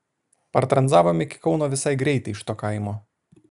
partranzavom iki kauno visai greitai iš to kaimo